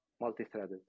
multi-threaded